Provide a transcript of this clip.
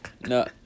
No